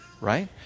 right